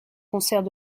concerts